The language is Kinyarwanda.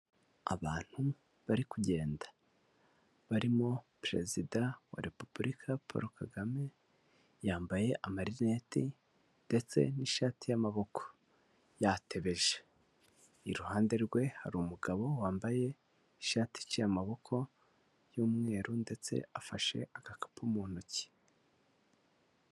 Abantu bari kugenda barimo perezida wa repubulika Paul KAGAME yambaye amarinete ndetse n'ishati y'amaboko yatebeje. Iruhande rwe hari umumugabo wambaye ishati iciye amaboko y'umweru ndetse afashe agakapu mu ntoki.